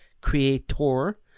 creator